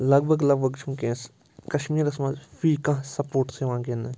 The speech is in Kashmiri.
لگ بگ لگ بگ چھِ وٕنۍکٮ۪نس کَشمیٖرَس منٛز فی کانٛہہ سَپوٹٕس یِوان گِنٛدنہٕ